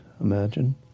imagine